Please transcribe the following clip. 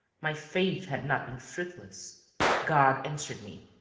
my faith had not been fruitless god answered me!